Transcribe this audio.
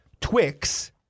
Twix